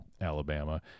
Alabama